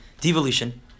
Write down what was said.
devolution